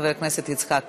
חבר הכנסת יצחק כהן,